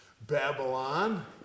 Babylon